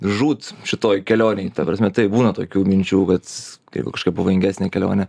žūt šitoj kelionėj ta prasme tai būna tokių minčių kad jeigu kažkokia pavojingesnė kelionė